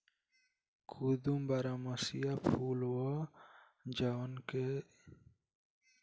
कुमुद बारहमसीया फूल ह जवन की सफेद अउरी पियर रंग के होखेला